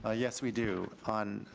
ah yes, we do on,